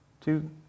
two